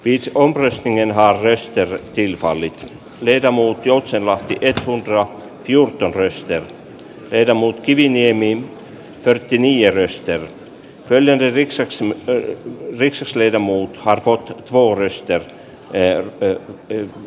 itse on skinien harris ja kun edustaja anssi joutsenlahti itkuun pro junkkareista ja edam on kiviniemi ja pertti niemistön välinen vitsaksen ritsos lyödä muut harkot hourister en en en